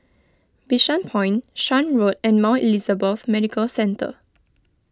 Bishan Point Shan Road and Mount Elizabeth Medical Centre